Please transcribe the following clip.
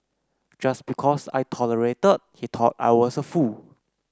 just because I tolerated he thought I was a fool